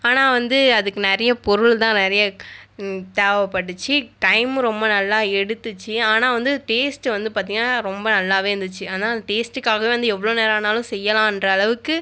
ஆனால் வந்து அதுக்கு நிறைய பொருள் தான் நிறைய தேவைப்பட்டுச்சி டைமும் வந்து ரொம்ப நல்லா எடுத்துச்சு ஆனால் வந்து டேஸ்ட் வந்து பார்த்திங்கன்னா ரொம்ப நல்லாவே இருந்துச்சு ஆனால் அந்த டேஸ்ட்டுக்காக வந்து எவ்வளோ நேரம் ஆனாலும் செய்யலாம்ன்ற அளவுக்கு